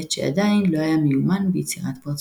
בעת שעדיין לא היה מיומן ביצירת פרצופים.